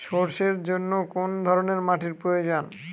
সরষের জন্য কোন ধরনের মাটির প্রয়োজন?